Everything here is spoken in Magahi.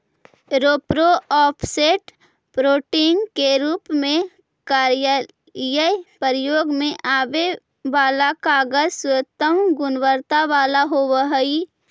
रेप्रो, ऑफसेट, प्रिंटिंग के रूप में कार्यालयीय प्रयोग में आगे वाला कागज सर्वोत्तम गुणवत्ता वाला होवऽ हई